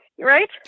Right